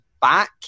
back